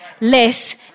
less